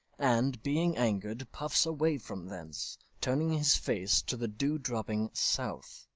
and, being anger'd, puffs away from thence, turning his face to the dew-dropping south.